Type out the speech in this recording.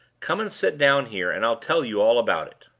come and sit down here, and i'll tell you all about it.